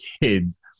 kids